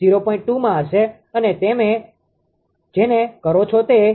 2 માં હશે અને તમે જેને કરો છો તે 0